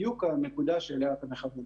בדיוק הנקודה שאליה אתה מכוון.